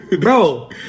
bro